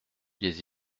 des